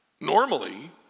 normally